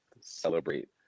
Celebrate